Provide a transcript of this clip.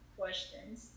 questions